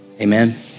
Amen